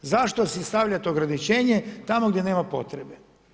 Zašto si stavljat ograničenje tamo gdje nema potrebe?